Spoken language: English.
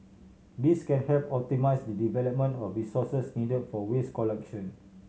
this can help optimise the deployment of resources needed for waste collection